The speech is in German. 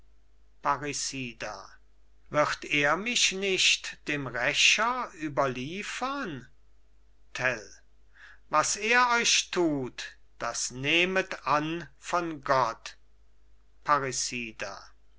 wird er mich nicht dem rächer überliefern tell was er euch tut das nehmet an von gott